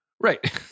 Right